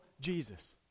Jesus